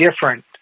different